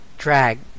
drag